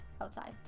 outside